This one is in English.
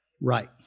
right